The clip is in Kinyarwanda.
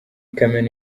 kamena